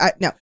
no